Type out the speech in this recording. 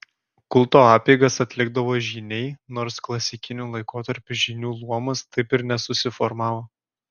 kulto apeigas atlikdavo žyniai nors klasikiniu laikotarpiu žynių luomas taip ir nesusiformavo